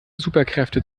superkräfte